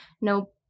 no